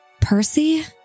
Percy